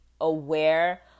aware